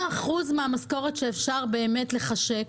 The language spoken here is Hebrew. מה האחוז מהמשכורת שאפשר באמת לחשק?